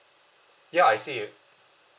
ya I see it